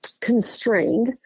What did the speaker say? constrained